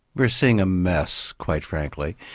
we're seeing a mess quite frankly.